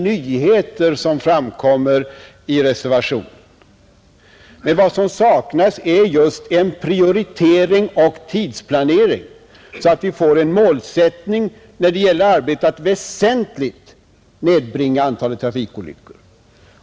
Men vad som saknas i det nuvarande trafiksäkerhetsarbetet är just en prioritering och tidsplanering, så att vi får en målsättning när det gäller att väsentligt nedbringa antalet trafikolyckor.